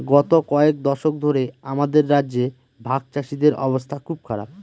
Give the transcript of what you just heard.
গত কয়েক দশক ধরে আমাদের রাজ্যে ভাগচাষীদের অবস্থা খুব খারাপ